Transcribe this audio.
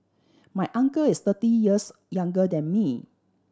my uncle is thirty years younger than me